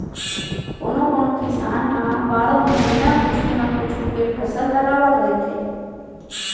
कोनो कोनो किसान ह बारो महिना कुछू न कुछू के फसल लगावत रहिथे